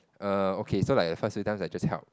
err okay so like a first few time I just help